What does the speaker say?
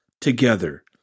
together